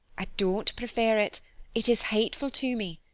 i don't prefer it it is hateful to me.